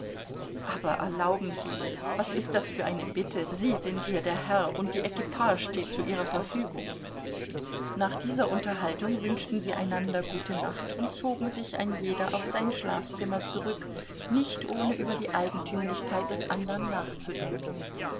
aber erlauben sie was ist das für eine bitte sie sind hier der herr und die equipage steht zu ihrer verfügung nach dieser unterhaltung wünschten sie einander gute nacht und zogen sich ein jeder auf sein schlafzimmer zurück nicht ohne über die eigentümlichkeit des anderen nachzudenken